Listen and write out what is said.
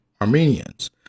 Armenians